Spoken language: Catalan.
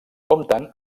compten